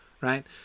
right